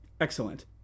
Excellent